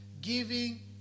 giving